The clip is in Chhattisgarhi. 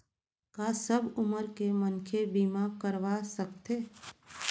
का सब उमर के मनखे बीमा करवा सकथे?